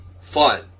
fun